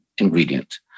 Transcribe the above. Ingredient